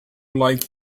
like